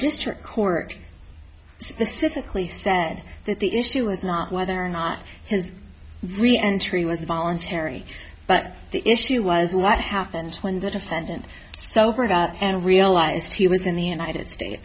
district court specifically said that the issue was not whether or not his reentry was voluntary but the issue was what happened when the defendant sobered up and realized he was in the united states